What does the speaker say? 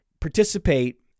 participate